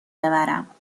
ببرم